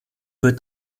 wird